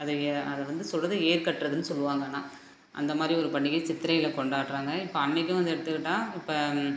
அதை ஏ அதை வந்து சொல்வது ஏர் கட்டுறதுன்னு சொல்லுவாங்க ஆனால் அந்த மாதிரி ஒரு பண்டிகை சித்திரையில் கொண்டாடுறாங்க இப்போ அன்றைக்கும் வந்து எடுத்துக்கிட்டால் இப்போ